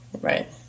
Right